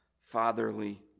fatherly